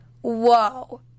Whoa